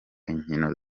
inkino